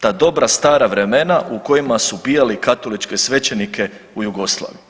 Ta dobra stara vremena u kojima su ubijali katoličke svećenike u Jugoslaviji.